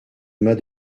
mas